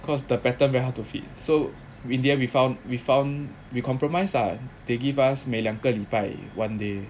cause the pattern very hard to fit so in the end we found we found we compromise ah they give us 每两个礼拜 one day